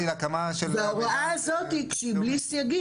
וההוראה הזאת כשהיא בלי סייגים,